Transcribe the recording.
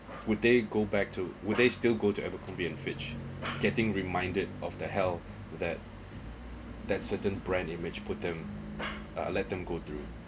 would they go back to would they still go to abercrombie and fitch getting reminded of the hell that that certain brand image put them uh let them go through